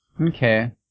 Okay